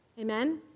Amen